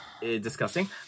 Disgusting